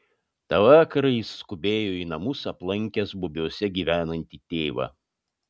tą vakarą jis skubėjo į namus aplankęs bubiuose gyvenantį tėvą